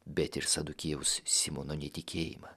bet ir sadukiejaus simono netikėjimą